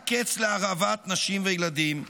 רק קץ להרעבת נשים וילדים,